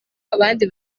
abandi